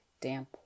damp